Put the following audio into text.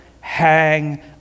hang